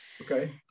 Okay